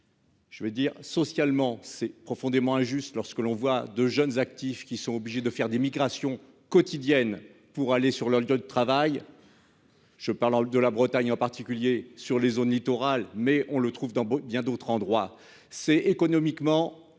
Je veux dire socialement, c'est profondément injuste. Lorsque l'on voit de jeunes actifs, qui sont obligés de faire des migrations quotidiennes pour aller sur leur lieu de travail. Je parle de la Bretagne en particulier sur les zones littorales. Mais on le trouve dans bien d'autres endroits c'est économiquement néfaste